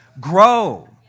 Grow